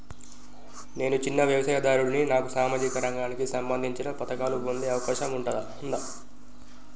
నేను చిన్న వ్యవసాయదారుడిని నాకు సామాజిక రంగానికి సంబంధించిన పథకాలు పొందే అవకాశం ఉందా?